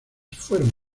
fueron